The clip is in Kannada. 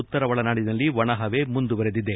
ಉತ್ತರ ಒಳನಾಡಿನಲ್ಲಿ ಒಣ ಹವೆ ಮುಂದುವರಿದಿದೆ